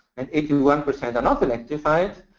and eighty one percent are not electrified,